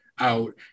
Out